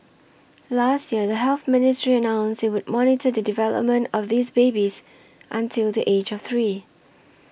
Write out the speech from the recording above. last year the Health Ministry announced it would monitor the development of these babies until the age of three